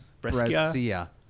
Brescia